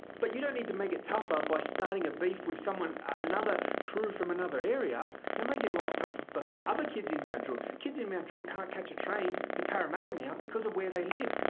but you don't need to make it tougher by starting a beef with someone, another crew from another area. they're making life tough for other kids in mount druitt. kids in mount druitt can't catch a train to parramatta now because of where they live.